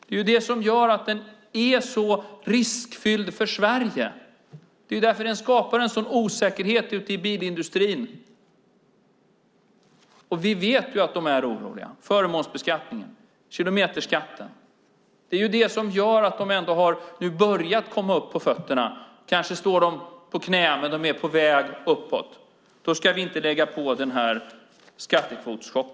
Det är detta som gör att den är så riskfylld för Sverige. Det är därför den skapar en sådan osäkerhet ute i bilindustrin. Vi vet att de är oroliga. Förmånsbeskattningen och kilometerskatten - det är det som gör att de nu ändå har börjat komma på fötter. Kanske står de på knä, men de är på väg upp. Då ska vi inte lägga på denna skattekvotschock.